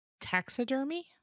Taxidermy